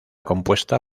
compuesta